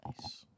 nice